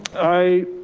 i,